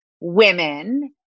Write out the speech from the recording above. women